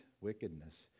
wickedness